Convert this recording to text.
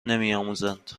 نمیآموزند